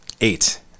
eight